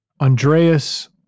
Andreas